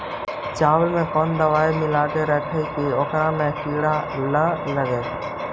चावल में कोन दबाइ मिला के रखबै कि ओकरा में किड़ी ल लगे?